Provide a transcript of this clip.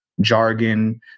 jargon